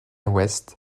west